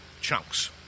chunks